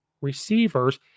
receivers